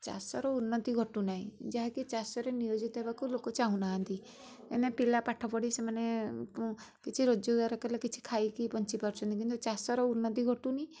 ଚାଷର ଉନ୍ନତି ଘଟୁନାହିଁ ଯାହାକି ଚାଷରେ ନିଯୋଜିତ ହେବାକୁ ଲୋକ ଚାହୁଁନାହାନ୍ତି ଏନେ ପିଲା ପାଠ ପଢ଼ି ସେମାନେ କିଛି ରୋଜଗାର କଲେ କିଛି ଖାଇକି ବଞ୍ଚିପାରୁଛନ୍ତି କିନ୍ତୁ ଚାଷର ଉନ୍ନତି ଘଟୁନି